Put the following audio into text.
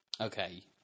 okay